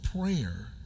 prayer